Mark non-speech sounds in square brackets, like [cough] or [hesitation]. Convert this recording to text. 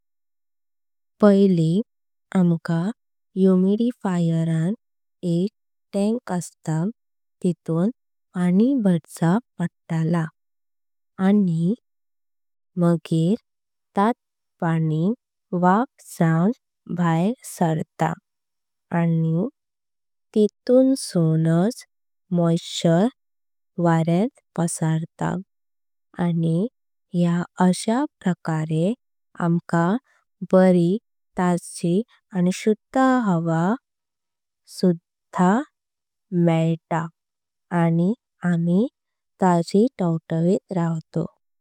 पहिल्ली आमका ह्युमिडिफायर रान एक टॅंक असता। तेतून पाणी भरचें पडतला आनी मगेर तात पाणी वाफ। जाऊन भायर सरता आनी तेतुनसुनाच मोइस्टर। वर्यां पसरता आनी या अश्या प्रकारे आमका बारी। ताजी आनी शुध हवा [hesitation] मेळता।